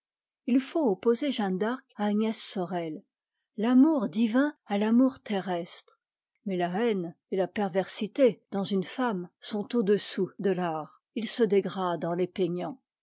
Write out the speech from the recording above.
i faut opposer jeanne d'arc à agnès sorel l'amour divin à l'amour terrestre mais la haine et la perversité dans une femme sont au-dessous de l'art il se dégrade en les peignant